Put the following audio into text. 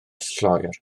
lloer